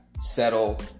settle